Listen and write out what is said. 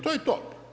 To je to.